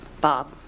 Bob